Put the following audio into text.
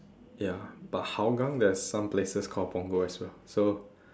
ya but hougang there's some places called punggol as well so